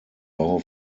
bau